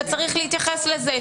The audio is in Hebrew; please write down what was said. וצריך להתייחס לזה.